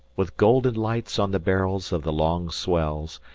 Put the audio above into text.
with golden lights on the barrels of the long swells,